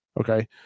Okay